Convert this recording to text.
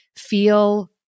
Feel